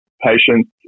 patients